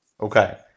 Okay